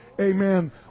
amen